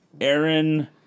Aaron